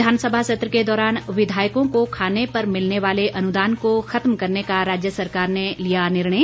विधानसभा सत्र के दौरान विधायकों को खाने पर मिलने वाले अनुदान को खत्म करने का राज्य सरकार ने लिया निर्णय